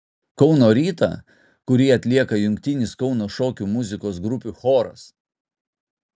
kauno rytą kurį atlieka jungtinis kauno šokių muzikos grupių choras